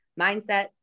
mindset